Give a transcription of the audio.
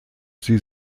sie